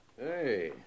Hey